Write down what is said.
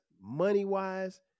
money-wise